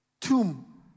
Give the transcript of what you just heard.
tomb